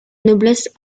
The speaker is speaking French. noblesse